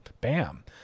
Bam